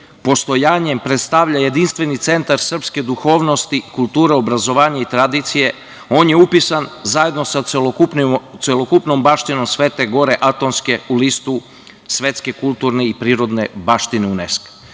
postojanjem predstavlja jedinstveni centar srpske duhovnosti, kulture, obrazovanja i tradicije, on je upisan zajedno sa celokupnom baštinom Svete gore Atonske u listu Svetske kulturne i prirodne baštine UNESKO.Ovaj